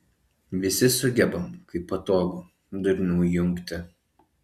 visi sugebam kai patogu durnių įjungti